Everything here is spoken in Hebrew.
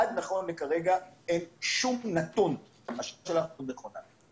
עד נכון לכרגע אין שום נתון לגבי עובד שנדבק בקורונה.